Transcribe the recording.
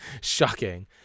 Shocking